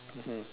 mmhmm